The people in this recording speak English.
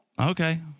Okay